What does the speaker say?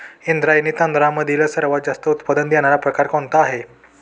इंद्रायणी तांदळामधील सर्वात जास्त उत्पादन देणारा प्रकार कोणता आहे?